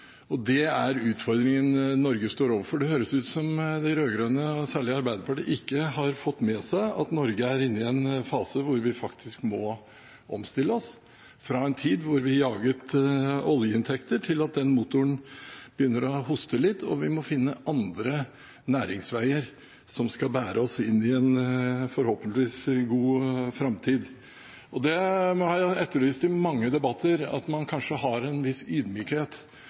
har glemt de utfordringene Norge faktisk står overfor, og tror at det dreier seg om bare å bevilge penger. Jan Tore Sanner sa at milliarder er ikke nok; vi må også treffe og stimulere menneskene. Og det er utfordringen Norge står overfor. Det høres ut som om de rød-grønne, særlig Arbeiderpartiet, ikke har fått med seg at Norge er inne i en fase hvor vi faktisk må omstille oss, fra en tid da vi jaget oljeinntekter, til at den motoren begynner å hoste litt og vi må finne andre næringsveier som